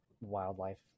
wildlife